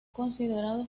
considerados